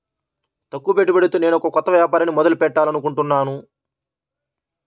తక్కువ పెట్టుబడితో నేనొక కొత్త వ్యాపారాన్ని మొదలు పెట్టాలనుకుంటున్నాను